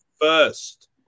first